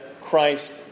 Christ